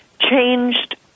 changed